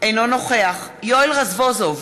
אינו נוכח יואל רזבוזוב,